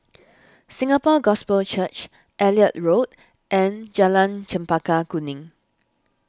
Singapore Gospel Church Elliot Road and Jalan Chempaka Kuning